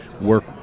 work